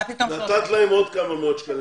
נתת להם עוד כמה מאות שקלים.